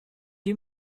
you